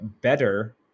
better